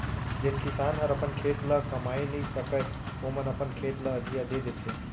जेन किसान हर अपन खेत ल कमाए नइ सकय ओमन अपन खेत ल अधिया दे देथे